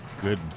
good